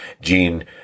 Gene